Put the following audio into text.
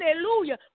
Hallelujah